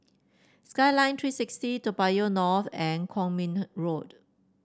Skyline Three sixty Toa Payoh North and Kwong Min Road